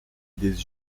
des